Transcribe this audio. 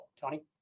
Tony